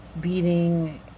beating